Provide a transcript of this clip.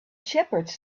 shepherds